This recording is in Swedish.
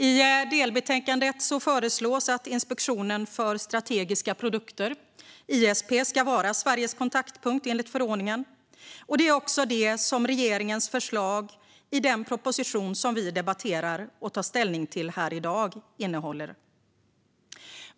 I delbetänkandet föreslås det att Inspektionen för strategiska produkter, ISP, ska vara Sveriges kontaktpunkt enligt förordningen. Det är också det som är regeringens förslag i den proposition som vi debatterar och tar ställning till här i dag.